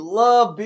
love